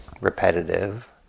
repetitive